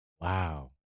Wow